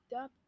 up